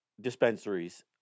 dispensaries